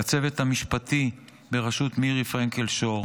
לצוות המשפטי ברשות מירי פרנקל שור